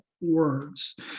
words